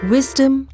Wisdom